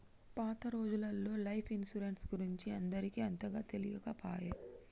పాత రోజులల్లో life insurance గురించి అందరికి అంతగా తెలియకపాయె